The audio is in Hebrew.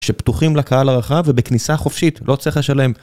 שפתוחים לקהל הרחב ובכניסה חופשית, לא צריך לשלם.